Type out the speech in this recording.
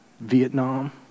Vietnam